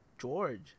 George